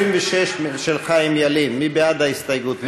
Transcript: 26, של חיים ילין, מי בעד ההסתייגות?